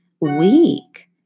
weak